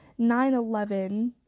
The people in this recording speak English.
9-11